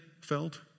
felt